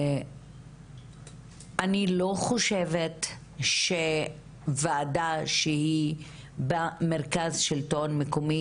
אני לא חושבת שוועדה שהיא במרכז שלטון מקומי